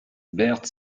berthe